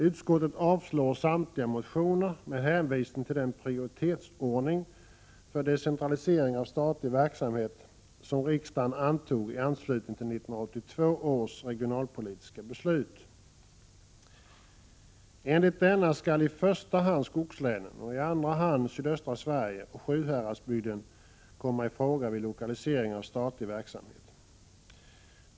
Utskottet avstyrker samtliga motioner med hänvisning till den prioritetsordning för decentralisering av statlig verksamhet som riksdagen antog i anslutning till 1982 års regionalpolitiska beslut. Enligt denna skall i första hand skogslänen och i andra hand sydöstra Sverige och Sjuhäradsbygden komma i fråga vid lokalisering av statlig verksamhet.